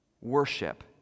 worship